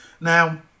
Now